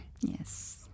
Yes